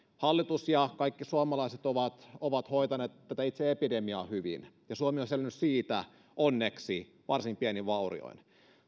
hallitus ja kaikki suomalaiset ovat ovat hoitaneet tätä itse epidemiaa hyvin ja suomi on selvinnyt siitä onneksi varsin pienin vaurioin